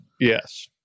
Yes